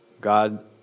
God